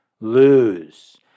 lose